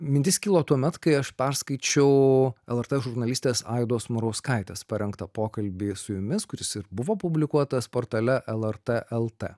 mintis kilo tuomet kai aš perskaičiau lrt žurnalistės aidos murauskaitės parengtą pokalbį su jumis kuris ir buvo publikuotas portale lrt lt